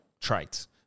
traits